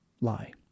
lie